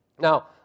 Now